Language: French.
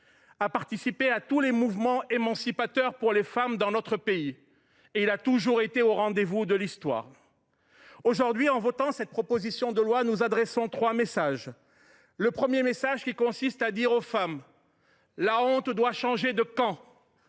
en participant à tous les mouvements émancipateurs pour les femmes dans notre pays et il a toujours été au rendez vous de l’Histoire. Aujourd’hui, en votant cette proposition de loi, nous adressons plusieurs messages. Nous disons tout d’abord aux femmes que la honte doit changer de camp.